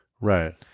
Right